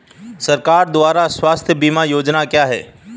सरकार द्वारा स्वास्थ्य बीमा योजनाएं क्या हैं?